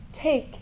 take